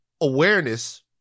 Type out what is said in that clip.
Awareness